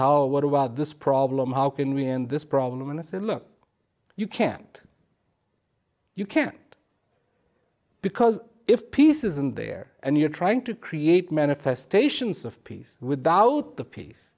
hour what about this problem how can we end this problem and i said look you can't you can't because if peace isn't there and you're trying to create manifestations of peace without the pe